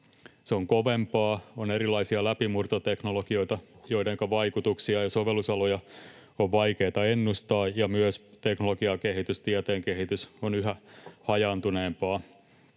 se on kovempaa, on erilaisia läpimurtoteknologioita, joidenka vaikutuksia ja sovellusaloja on vaikeata ennustaa, ja myös teknologian kehitys, tieteen kehitys on yhä hajaantuneempaa.